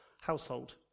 household